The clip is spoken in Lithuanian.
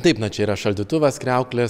taip na čia yra šaldytuvas kriauklė